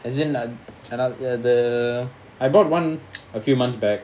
as in like anot~ ya the I bought one a few months back